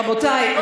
רבותיי,